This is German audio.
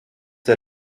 der